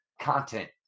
Content